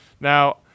now